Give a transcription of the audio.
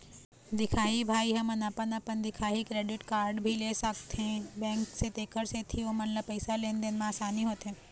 दिखाही भाई हमन अपन अपन दिखाही क्रेडिट कारड भी ले सकाथे बैंक से तेकर सेंथी ओमन ला पैसा लेन देन मा आसानी होथे?